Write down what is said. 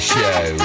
Show